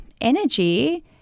energy